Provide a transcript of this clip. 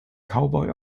cowboy